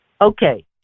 Okay